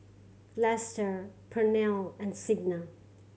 Lester Pernell and Signa